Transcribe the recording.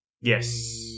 Yes